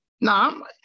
No